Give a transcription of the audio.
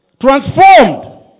transformed